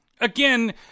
Again